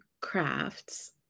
crafts